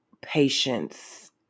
patience